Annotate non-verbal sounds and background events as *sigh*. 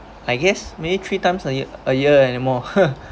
I guess maybe three times a year anymore *laughs*